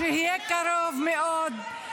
שיהיה קרוב מאוד,